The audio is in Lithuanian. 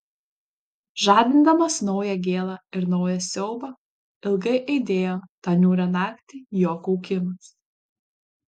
žadindamas naują gėlą ir naują siaubą ilgai aidėjo tą niūrią naktį jo kaukimas